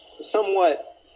somewhat